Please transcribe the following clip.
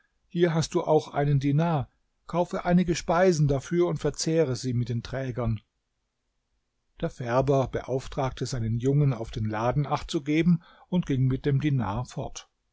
hier hast du auch einen dinar kaufe einige speisen dafür und verzehre sie mit den trägern der färber beauftragte seinen jungen auf den laden achtzugeben und ging mit dem dinar fort